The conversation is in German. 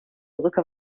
brücke